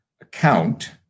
account